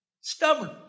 stubborn